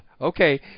Okay